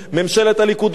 ממשלת הליכודוזר.